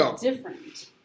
different